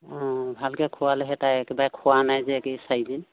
অঁ ভালকৈ খোৱালেহে তাই একেবাৰে খোৱা নাই যে এই চাৰিদিন